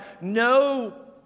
no